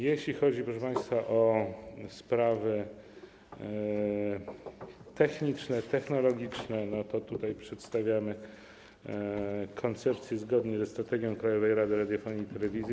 Jeśli chodzi, proszę państwa, o sprawy techniczne, technologiczne, to przedstawiamy koncepcje zgodnie ze strategią Krajowej Rady Radiofonii i Telewizji.